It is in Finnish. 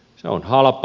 se on halpa